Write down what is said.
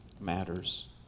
matters